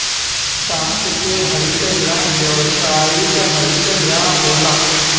कांच के हरित गृह व्यावसायिक हरित गृह होला